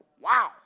Wow